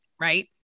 right